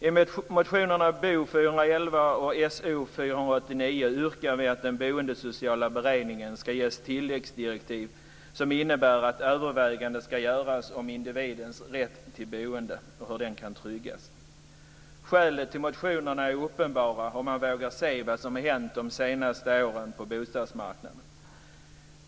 I motionerna Bo411 och So489 yrkar vi att den boendesociala beredningen ska ges tilläggsdirektiv som innebär att överväganden ska göras om individens rätt till boende och hur den kan tryggas. Skälet till motionerna är uppenbara om man vågar se vad som har hänt de senaste åren på bostadsmarknaden.